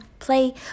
play